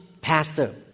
pastor